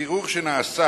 בבירור שנעשה